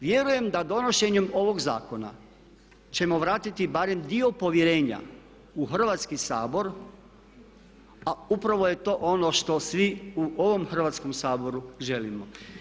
Vjerujem da donošenjem ovog zakona ćemo vratiti barem dio povjerenja u Hrvatski sabor a upravo je to ono što svi u ovom Hrvatskom saboru želimo.